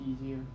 easier